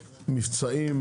מבצעים,